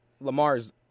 Lamar's